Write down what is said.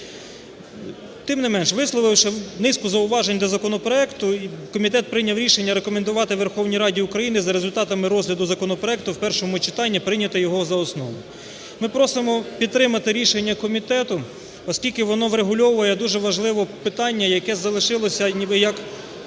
Тим не менше, висловивши низку зауважень до законопроекту, комітет прийняв рішення рекомендувати Верховній Раді України за результатами розгляду законопроекту в першому читанні прийняти його за основу. Ми просимо підтримати рішення комітету, оскільки воно врегульовує дуже важливе питання, яке залишилося ніби як